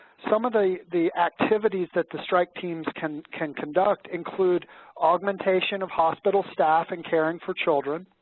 some of the the activities that the strike teams can can conduct include augmentation of hospital staff in caring for children,